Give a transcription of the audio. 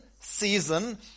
season